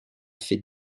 fait